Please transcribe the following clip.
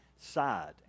side